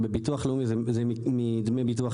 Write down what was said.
זה בטח לא